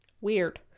Weird